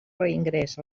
reingrés